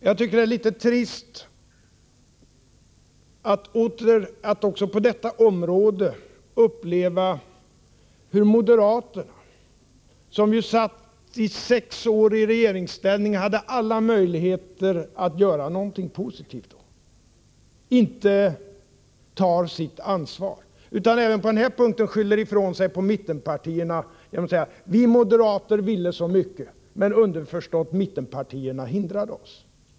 Jag tycker det är litet trist att också på detta område uppleva hur moderaterna, som satt i regeringsställning under sex år och då hade alla möjligheter att göra något positivt, inte tar sitt ansvar, utan även på denna punkt skyller ifrån sig på mittenpartierna genom att säga: Vi moderater ville så mycket — underförstått mittenpartierna hindrade.